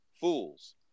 fools